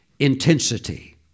intensity